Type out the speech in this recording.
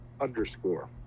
underscore